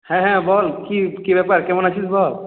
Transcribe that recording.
হ্যাঁ হ্যাঁ বল কি কি ব্যাপার কেমন আছিস বল